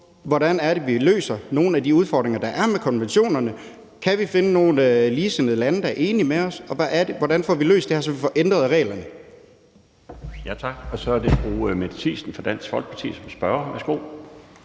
Hvordan løser vi nogle af de udfordringer, der er med konventionerne? Kan vi finde nogle ligesindede lande, der er enige med os? Og hvordan får vi løst det her, så vi får ændret reglerne? Kl. 16:41 Den fg. formand (Bjarne Laustsen): Tak. Så er det fru Mette Thiesen fra Dansk Folkeparti som spørger. Værsgo.